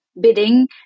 bidding